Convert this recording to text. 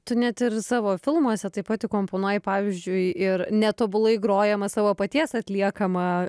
tu net ir savo filmuose taip pat įkomponuoji pavyzdžiui ir netobulai grojamą savo paties atliekamą